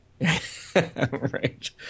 Right